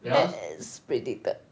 that's predicted